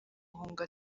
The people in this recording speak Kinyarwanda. guhunga